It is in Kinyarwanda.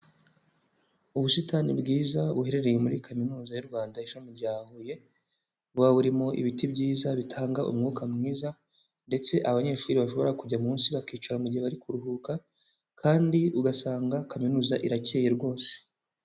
Ubusitani bwiza, buherereye muri kaminuza y'u Rwanda ishami rya Huye. Buba burimo ibiti byiza, bitanga umwuka mwiza. Ndetse abanyeshuri bashobora kujya munsi, bakica mugihe bari kuruhuka. Kandi ugasanga, kaminuza iracyeye rwose.